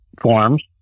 forms